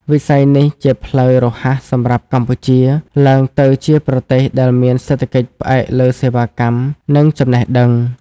វិស័យនេះជាផ្លូវរហ័សសម្រាប់កម្ពុជា ឡើងទៅជាប្រទេសដែលមានសេដ្ឋកិច្ចផ្អែកលើសេវាកម្ម និងចំណេះដឹង។